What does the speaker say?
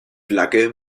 flagge